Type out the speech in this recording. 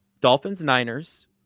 Dolphins-Niners